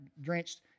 drenched